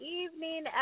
evening